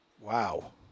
Wow